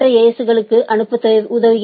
S களுக்கு அனுப்ப உதவுகிறது